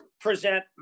present